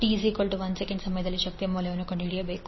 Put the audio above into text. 6 ಈಗ ನಾವು t 1 s ಸಮಯದಲ್ಲಿ ಶಕ್ತಿಯ ಮೌಲ್ಯವನ್ನು ಕಂಡುಹಿಡಿಯಬೇಕು